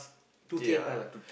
two K pus ah